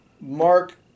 Mark